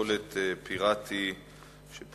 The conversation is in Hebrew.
ביום י' בחשוון תש"ע (28 באוקטובר 2009): ב-12